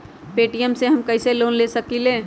Paytm से हम कईसे लोन ले सकीले?